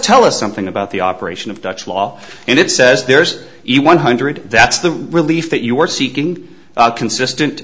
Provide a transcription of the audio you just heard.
tell us something about the operation of dutch law and it says there's even one hundred that's the relief that you were seeking consistent